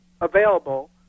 available